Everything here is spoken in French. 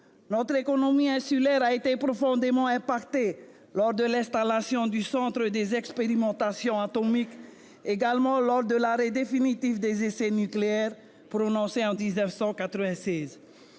Notre économie insulaire a été profondément touchée, lors de l'installation du centre des expérimentations atomiques, puis lors de l'arrêt définitif des essais nucléaires, prononcé en 1996.